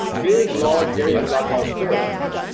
big large area, what i'd call a storage area.